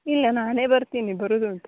ಇಲ್ಲ ನಾನೇ ಬರ್ತೀನಿ ಬರೋದ್ ಉಂಟು